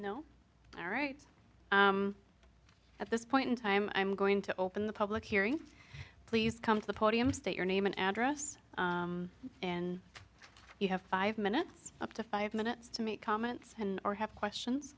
know all right at this point in time i'm going to open the public hearing please come to the podium state your name and address and you have five minutes up to five minutes to make comments or have questions